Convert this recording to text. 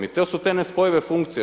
I to su te nespojive funkcije.